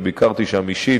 וביקרתי שם אישית,